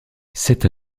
cette